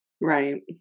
right